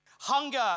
Hunger